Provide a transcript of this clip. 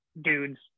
dudes